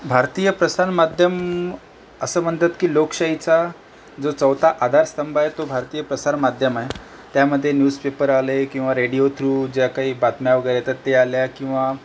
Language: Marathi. भारतीय प्रसारमाध्यम असं म्हणतात की लोकशाहीचा जो चौथा आधारस्तंभ आहे तो भारतीय प्रसारमाध्यम आहे त्यामध्ये न्यूजपेपर आले किंवा रेडिओ थ्रू ज्या काही बातम्या वगैरे येतात ते आल्या किंवा